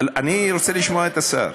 אני רוצה לשמוע את השר.